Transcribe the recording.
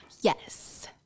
yes